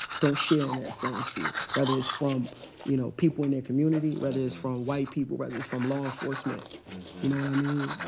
don't share in that same fear. whether it's from you know people in their community, whether it's from white people, whether it's from law enforcement, you know what i mean?